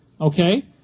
Okay